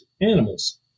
animals